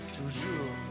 toujours